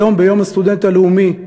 היום, ביום הסטודנט הלאומי,